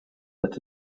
that